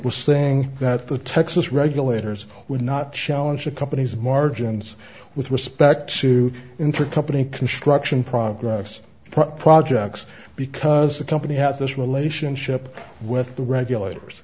was saying that the texas regulators would not challenge the company's margins with respect to intercompany construction progress projects because the company had this relationship with the regulators